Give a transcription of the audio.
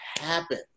happen